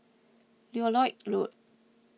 Lloyd Road